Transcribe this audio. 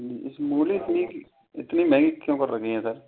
इस मूली इतनी इतनी महंगी क्यों कर रखी है सर